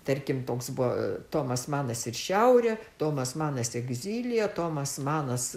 tarkim toks buvo tomas manas ir šiaurė tomas manas egzilyje tomas manas